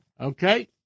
Okay